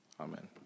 Amen